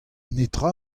netra